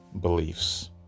beliefs